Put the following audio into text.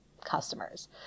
customers